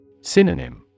Synonym